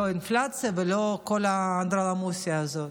לא אינפלציה ולא כל האנדרלמוסיה הזאת.